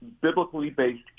biblically-based